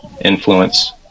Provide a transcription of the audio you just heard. influence